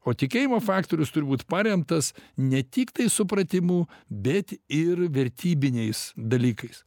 o tikėjimo faktorius turi būt paremtas ne tiktai supratimu bet ir vertybiniais dalykais